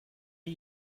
are